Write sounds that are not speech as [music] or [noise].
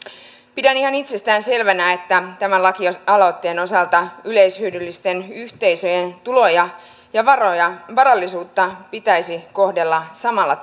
pidän ihan itsestäänselvänä että tämän lakialoitteen osalta yleishyödyllisten yhteisöjen tuloja ja varallisuutta pitäisi kohdella samalla [unintelligible]